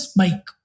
bike